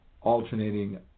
alternating